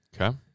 Okay